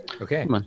Okay